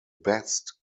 best